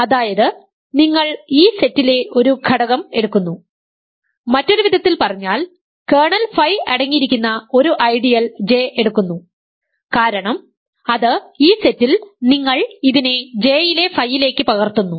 അതായത് നിങ്ങൾ ഈ സെറ്റിലെ ഒരു ഘടകം എടുക്കുന്നു മറ്റൊരു വിധത്തിൽ പറഞ്ഞാൽ കേർണൽ ഫൈ അടങ്ങിയിരിക്കുന്ന ഒരു ഐഡിയൽ J എടുക്കുന്നു കാരണം അത് ഈ സെറ്റിൽ നിങ്ങൾ ഇതിനെ J യിലെ ഫൈ യിലേക്ക് പകർത്തുന്നു